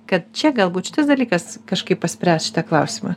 kad čia galbūt šitas dalykas kažkaip paspręs šitą klausimą